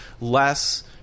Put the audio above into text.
less